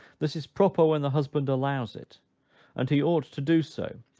this is proper, when the husband allows it and he ought to do so,